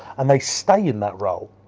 and they stay in that role,